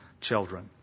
children